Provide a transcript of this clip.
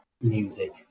music